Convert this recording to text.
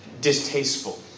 distasteful